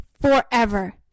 forever